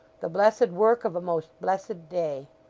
the blessed work of a most blessed day